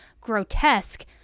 grotesque